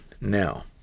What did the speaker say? now